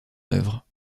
œuvre